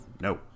No